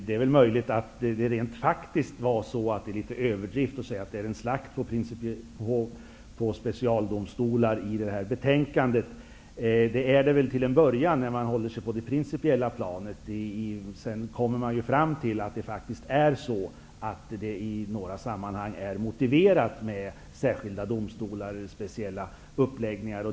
Det är möjligt att det faktiskt var litet överdrift att säga att förslaget innebär ren slakt på specialdomstolar. Det är väl det till en början, om man håller sig till det principiella planet. Sedan kommer man fram till att det faktiskt i några sammanhang är motiverat med särskilda domstolar och speciella uppläggningar.